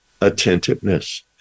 attentiveness